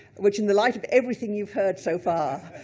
which, in the light of everything you've heard so far,